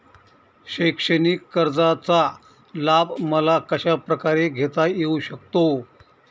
शैक्षणिक कर्जाचा लाभ मला कशाप्रकारे घेता येऊ शकतो?